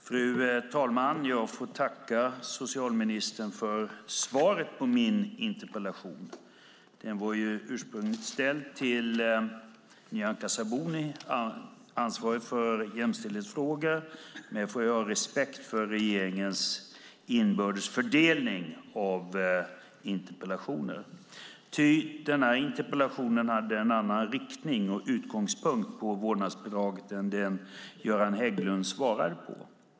Fru talman! Jag vill tacka socialministern för svaret på min interpellation som ursprungligen var ställd till Nyamko Sabuni, ansvarig för jämställdhetsfrågor. Men man får ha respekt för regeringens inbördes fördelning av interpellationer. Min interpellation hade en annan inriktning och utgångspunkt när det gäller vårdnadsbidraget än det Göran Hägglund svarat om.